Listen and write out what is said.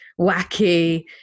wacky